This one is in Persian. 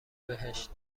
بهشت